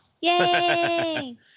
Yay